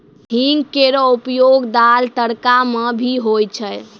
हींग केरो उपयोग दाल, तड़का म भी होय छै